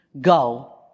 Go